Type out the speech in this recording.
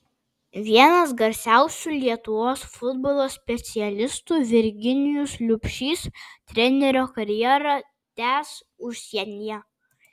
vienas garsiausių lietuvos futbolo specialistų virginijus liubšys trenerio karjerą tęs užsienyje